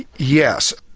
yes.